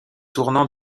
tournant